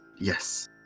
Yes